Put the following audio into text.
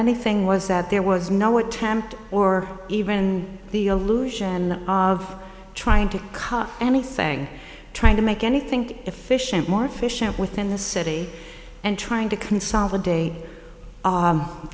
anything was that there was no what temp or even the illusion of trying to cut any saying trying to make any think efficient more efficient within the city and trying to consolidate